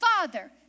Father